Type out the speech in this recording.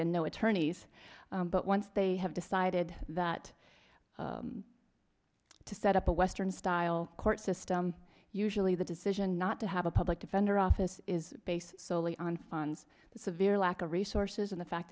in no attorneys but once they have decided that to set up a western style court system usually the decision not to have a public defender office is based solely on on the severe lack of resources and the fact